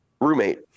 roommate